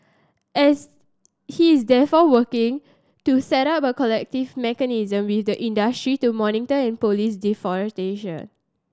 as he is therefore working to set up a collective mechanism with the industry to monitor and police deforestation